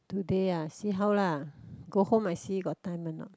today ah see how lah go home I see got time or not